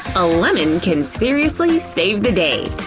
a lemon can seriously save the day!